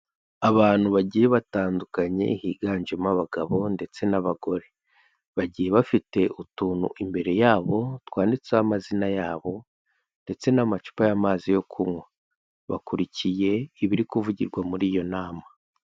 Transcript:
Abantu bagiye batandukanye higanjemo abagabo ndetse n'abagore, bagiye bafite utuntu imbere yabo twanditseho amazina yabo ndetse n'amacupa y'amazi yo kunywa, bakurikiye ibiri kuvugirwa muri iyo nama.